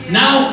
now